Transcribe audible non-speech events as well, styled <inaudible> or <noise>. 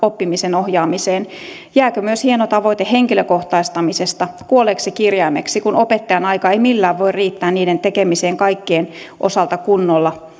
oppimisen ohjaamiseen jääkö myös hieno tavoite henkilökohtaistamisesta kuolleeksi kirjaimeksi kun opettajan aika ei millään voi riittää sen tekemiseen kaikkien osalta kunnolla <unintelligible>